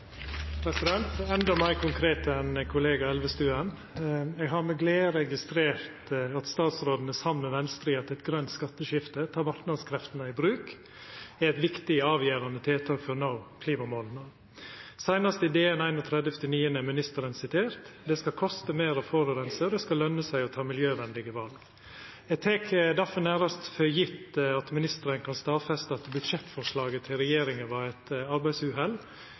meir konkret enn kollega Elvestuen. Eg har med glede registrert at statsråden, saman med Venstre, har gjeve eit grønt skatteskifte og teke marknadskreftene i bruk – eit viktig og avgjerande tiltak for å nå klimamåla. Seinast i DN 30. oktober er ministeren sitert: «Det skal koste mer å forurense, og det skal lønne seg å ta miljøvennlige valg.» Eg tek difor nærast for gjeve at ministeren kan stadfesta at budsjettforslaget til regjeringa var eit arbeidsuhell.